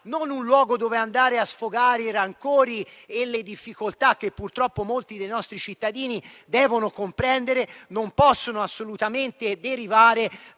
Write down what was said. non un luogo dove andare a sfogare i rancori e le difficoltà che - molti dei nostri cittadini devono comprenderlo - non possono assolutamente derivare